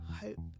hope